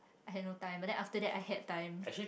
I had no time but then after that I had time